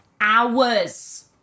hours